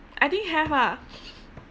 I think have ah